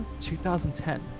2010